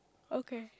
okay